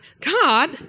God